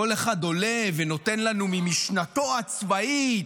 כל אחד עולה ונותן לנו ממשנתו הצבאית,